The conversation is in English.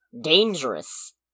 Dangerous